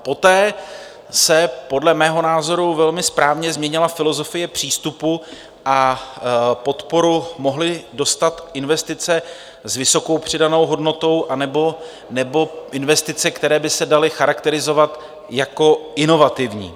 Poté se podle mého názoru velmi správně změnila filozofie přístupu a podporu mohly dostat investice s vysokou přidanou hodnotou anebo investice, které by se daly charakterizovat jako inovativní.